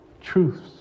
truths